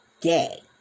day